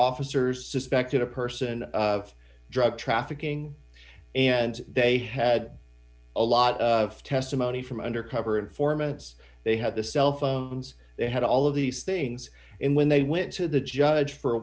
officers suspected a person of drug trafficking and they had a lot of testimony from undercover informants they had the cell phones they had all of these things and when they went to the judge for